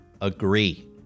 agree